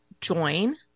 join